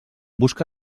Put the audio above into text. busca